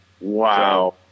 Wow